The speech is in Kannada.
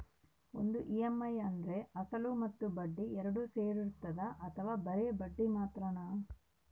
ಒಂದು ಇ.ಎಮ್.ಐ ಅಂದ್ರೆ ಅಸಲು ಮತ್ತೆ ಬಡ್ಡಿ ಎರಡು ಸೇರಿರ್ತದೋ ಅಥವಾ ಬರಿ ಬಡ್ಡಿ ಮಾತ್ರನೋ?